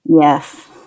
Yes